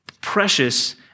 precious